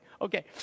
okay